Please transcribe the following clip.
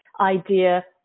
idea